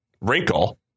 wrinkle